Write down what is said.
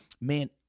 man